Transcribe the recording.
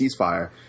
ceasefire